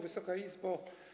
Wysoka Izbo!